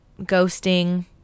ghosting